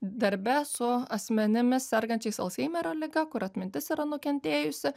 darbe su asmenimis sergančiais alzheimerio liga kur atmintis yra nukentėjusi